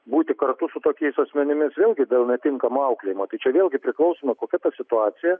būti kartu su tokiais asmenimis vėlgi dėl netinkamo auklėjimo tai čia vėlgi priklauso na kokia ta situacija